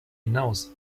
hinaus